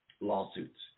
lawsuits